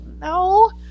no